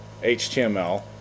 HTML